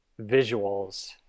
visuals